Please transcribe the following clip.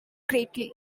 greatly